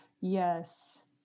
Yes